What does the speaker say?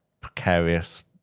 precarious